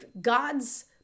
God's